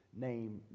Name